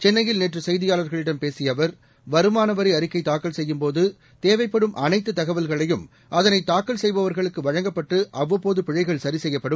சென்னையில் நேற்று செய்தியாளர்களிடம் பேசிய அவர் வருமான வரி அறிக்கை தாக்கல் செய்யும்போது தேவைப்படும் அனைத்து தகவல்களையும் அதனை தாக்கல் செய்பவர்களுக்கு வழங்கப்பட்டு அவ்வப்போது பிழைகள் சரி செய்யப்படும்